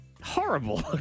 Horrible